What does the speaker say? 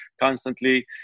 constantly